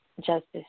justice